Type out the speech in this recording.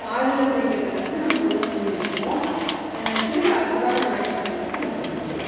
பாதுகாத்து வைக்கிறதுக்காக நம்ம க்ளோஸ் பண்ணி வச்சுருவோம் திரும்ப அடுத்த வாரம் ஞாயிற்றுக்கெழம வரைக்கும் அதை பயன்படுத்துவோம்